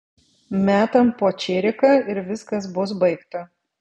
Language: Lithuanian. metam po čiriką ir viskas bus baigta